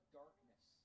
darkness